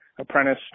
apprentice